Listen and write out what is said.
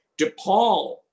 DePaul